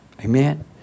Amen